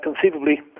conceivably